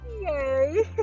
Yay